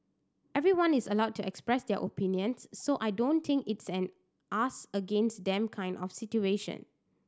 everyone is allowed to express their opinions so I don't think it's an us against them kind of situation